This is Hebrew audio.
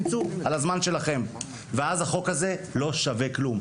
תצאו, על הזמן שלכם", ואז החוק הזה לא שווה כלום.